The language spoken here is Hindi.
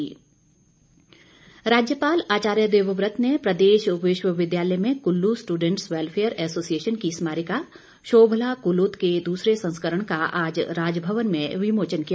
राज्यपाल राज्यपाल आचार्य देवव्रत ने प्रदेश विश्वविद्यालय में कुल्लू स्टुडेंटस वेलफेयर एसोसिएशन की समारिका शोभला कुलूत के दूसरे संस्करण का आज राजभवन में विमोचन किया